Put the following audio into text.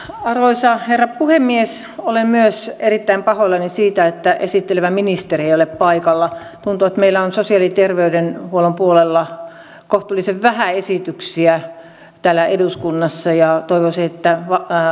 arvoisa herra puhemies olen myös erittäin pahoillani siitä että esittelevä ministeri ei ei ole paikalla tuntuu että meillä on sosiaali ja terveydenhuollon puolella kohtuullisen vähän esityksiä täällä eduskunnassa ja toivoisin että